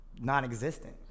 non-existent